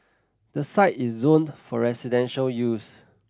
the site is zoned for residential use